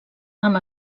amb